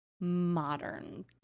modern